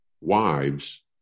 wives